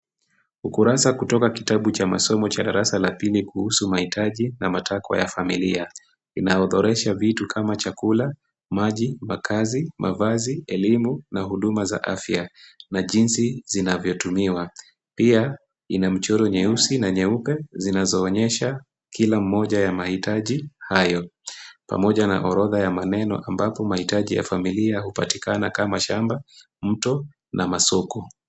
Ukurasa kutoka kitabu cha masomo cha darasa la pili kuhusu mahitaji na matakwa ya familia. Inaorodhesha vitu kama chakula, maji, makaazi, mavazi, elimu na huduma za afya na jinsi zinavyotumiwa. Pia ina mchoro nyeusi na nyeupe zinazoonyesha kila mmoja ya mahitaji hayo pamoja na orodha ya maneno ambapo mahitaji ya familia hupatikana kama shamba, mto na masoko.